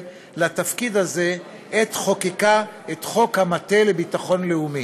בתפקיד הזה עת חוקקה את חוק המטה לביטחון לאומי.